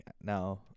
now